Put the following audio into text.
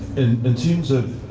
in terms of